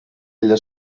ella